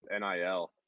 NIL